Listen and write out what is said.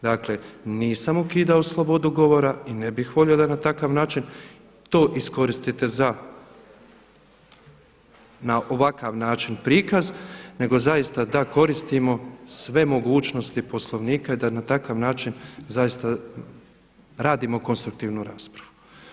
Dakle, nisam ukidao slobodu govora i ne bih volio da na takav način to iskoristite za na ovaka način prikaz, nego zaista da koristimo sve mogućnosti Poslovnika i da na takav način zaista radimo konstruktivnu raspravu.